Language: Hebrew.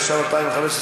התשע"ו 2015,